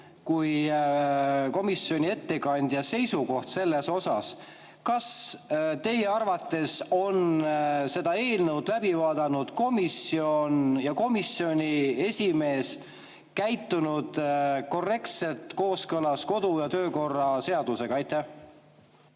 kui komisjoni ettekandja seisukoht. Kas teie arvates on seda eelnõu läbi vaadanud komisjon ja komisjoni esimees käitunud korrektselt, kooskõlas kodu‑ ja töökorra seadusega? Aitäh